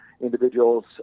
individuals